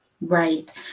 Right